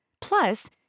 Plus